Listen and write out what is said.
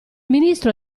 ministro